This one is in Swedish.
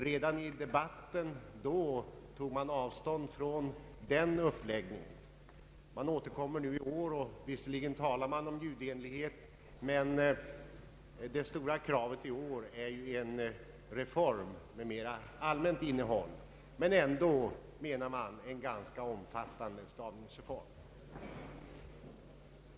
Redan i debatten då tog man avstånd från den uppläggningen. Man återkommer i år, och visserligen talar man om ljudenlighet, men det stora kravet nu är en reform med mera allmänt innehåll men ändå, menar man, en ganska omfattande stavningsreform.